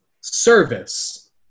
service